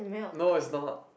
no it's not